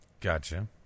gotcha